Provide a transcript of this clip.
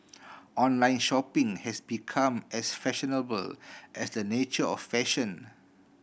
online shopping has become as fashionable as the nature of fashion